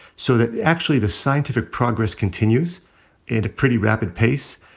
so that actually the scientific progress continues at a pretty rapid pace.